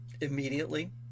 immediately